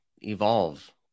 evolve